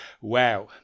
Wow